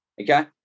okay